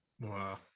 wow